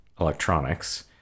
electronics